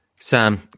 Sam